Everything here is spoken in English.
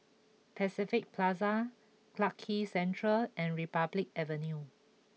Pacific Plaza Clarke Quay Central and Republic Avenue